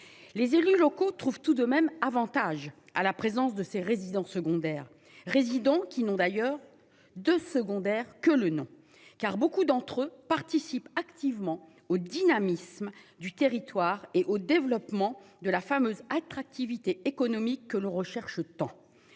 Les élus locaux trouve tout de même Avantage à la présence de ces résidences secondaires résidents qui n'ont d'ailleurs de secondaire que le nom, car beaucoup d'entre eux participent activement au dynamisme du territoire et au développement de la fameuse attractivité économique que l'on recherche temps.